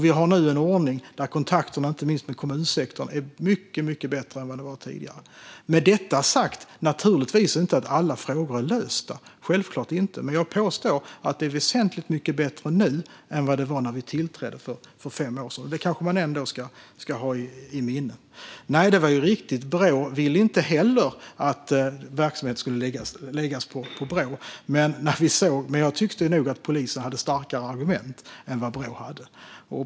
Vi har nu en ordning där kontakten med inte minst kommunsektorn är mycket bättre än vad den var tidigare. Med detta sagt är givetvis inte alla frågor lösta. Men jag påstår att det är väsentligt mycket bättre nu än vad det var när vi tillträdde för fem år sedan. Detta ska man kanske ändå ha i minnet. Nej, det är riktigt att Brå inte ville att verksamheten skulle läggas där. Men jag tyckte att polisen hade starkare argument än vad Brå hade.